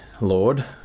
Lord